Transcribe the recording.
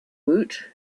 woot